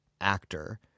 actor